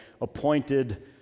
appointed